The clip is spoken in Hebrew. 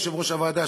יושב-ראש הוועדה,